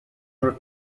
her